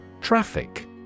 Traffic